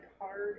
hard